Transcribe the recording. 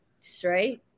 straight